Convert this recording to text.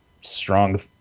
strong